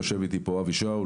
יושב איתי כאן אבי שאול,